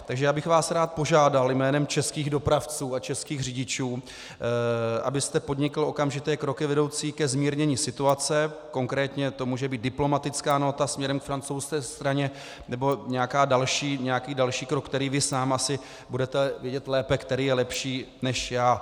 Takže já bych vás rád požádal jménem českých dopravců a českých řidičů, abyste podnikl okamžité kroky vedoucí ke zmírnění situace, konkrétně to může být diplomatická nóta směrem k francouzské straně nebo nějaký další krok, který vy sám asi budete vědět lépe, který je lepší, než já.